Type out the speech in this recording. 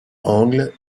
angle